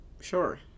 Sure